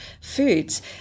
foods